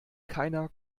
keiner